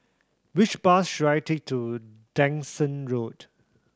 which bus should I take to Dyson Road